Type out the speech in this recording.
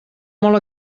molt